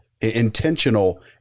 intentional